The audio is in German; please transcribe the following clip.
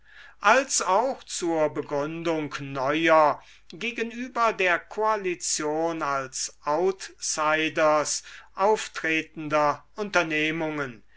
als auch zur begründung neuer gegenüber der koalition als outsiders auftretender unternehmungen